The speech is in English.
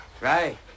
Right